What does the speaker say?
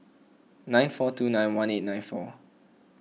nine four two nine one eight nine four